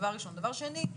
דבר שני,